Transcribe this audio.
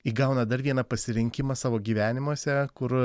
įgauna dar vieną pasirinkimą savo gyvenimuose kur